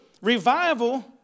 revival